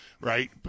right